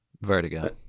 Vertigo